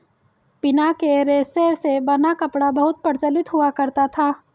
पिना के रेशे से बना कपड़ा बहुत प्रचलित हुआ करता था